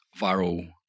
viral